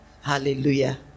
Hallelujah